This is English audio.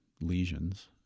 lesions